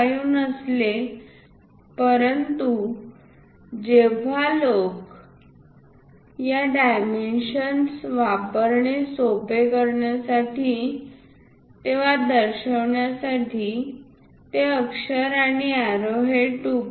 5 नसले तरी परंतु जेव्हा लोक या डायमेन्शन्स वापरणे सोपे करण्यासाठी तेव्हा दर्शवण्यासाठी ते अक्षर आणि एरोहेड्स 2